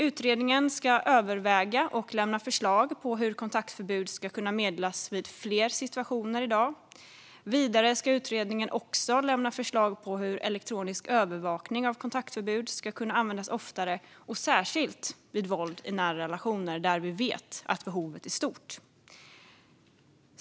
Utredningen ska överväga och lämna förslag på hur kontaktförbud ska kunna meddelas vid fler situationer än i dag. Vidare ska utredningen även lämna förslag på hur elektronisk övervakning av kontaktförbud ska kunna användas oftare, särskilt vid våld i nära relationer. Vi vet att det behovet är stort.